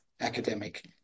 academic